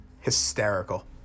hysterical